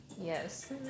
Yes